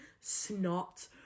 snot